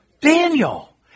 Daniel